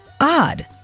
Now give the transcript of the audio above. Odd